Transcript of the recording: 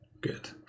good